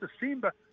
December